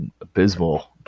abysmal